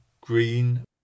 Green